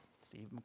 Steve